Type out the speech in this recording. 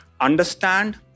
understand